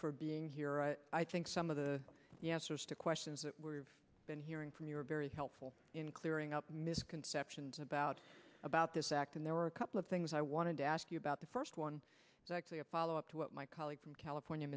for being here i think some of the the answers to questions that we've been hearing from you are very helpful in clearing up misconceptions about about this act and there are a couple of things i wanted to ask you about the first one is actually a follow up to what my colleague from california